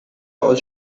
aus